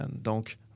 donc